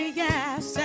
yes